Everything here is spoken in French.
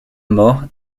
mort